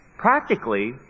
Practically